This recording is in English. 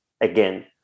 again